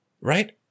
Right